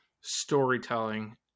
storytelling